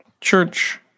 Church